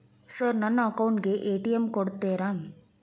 Sir ನನ್ನ account ಗೆ ATM ಕೊಡುತ್ತೇರಾ?